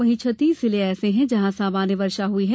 वहीं छत्तीस जिले ऐसे है जहां सामान्य वर्षा हुई है